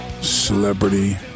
celebrity